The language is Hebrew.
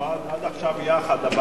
עד עכשיו אנחנו יחד,